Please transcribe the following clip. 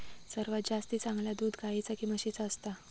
सर्वात जास्ती चांगला दूध गाईचा की म्हशीचा असता?